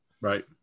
right